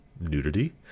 nudity